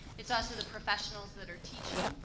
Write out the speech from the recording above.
it's also the professionals that are teaching.